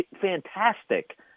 fantastic